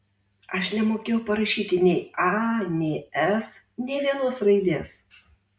aš nemokėjau parašyti nei a nei s nė vienos raidės